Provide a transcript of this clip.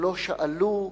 שלא שאלו,